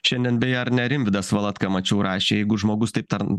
šiandien beje ar ne rimvydas valatka mačiau rašė jeigu žmogus taip tar